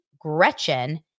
Gretchen